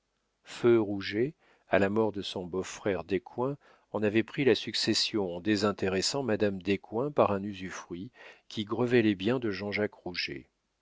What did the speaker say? feu rouget à la mort de son beau-frère descoings en avait pris la succession en désintéressant madame descoings par un usufruit qui grevait les biens de jean-jacques